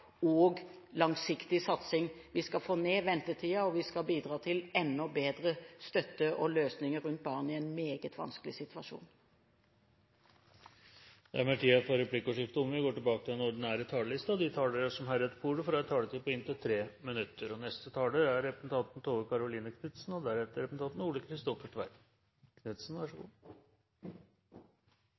og langsiktig satsing. Vi skal få ned ventetiden, og vi skal bidra til enda bedre støtte og løsninger rundt barn i en meget vanskelig situasjon. Replikkordskiftet er omme. De talere som heretter får ordet, har en taletid på inntil 3 minutter. Jeg slutter meg til alle som har sagt at dette er en viktig dag i Stortinget. Vi debatterer og skal vedta en stortingsmelding som er